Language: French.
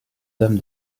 dame